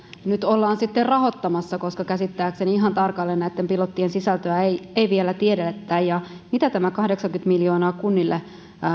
nyt ollaan sitten rahoittamassa koska käsittääkseni ihan tarkalleen näitten pilottien sisältöä ei ei vielä tiedetä ja mitä tämä kahdeksankymmentä miljoonaa kunnille